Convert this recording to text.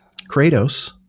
Kratos